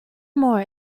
more